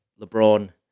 LeBron